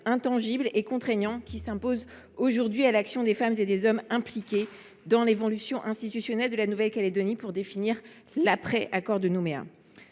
intangible et contraignant, qui s’impose aujourd’hui à l’action des femmes et des hommes impliqués dans l’évolution institutionnelle de la Nouvelle Calédonie pour définir l’après accord de Nouméa.